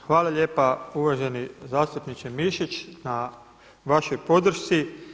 Hvala lijepa uvaženi zastupniče Mišić na vašoj podršci.